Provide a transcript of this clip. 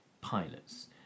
pilots